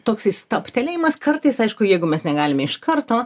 toksai stabtelėjimas kartais aišku jeigu mes negalime iš karto